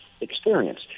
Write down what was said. Experience